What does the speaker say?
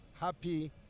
happy